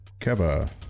Keva